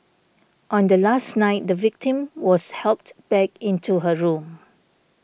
on the last night the victim was helped back into her room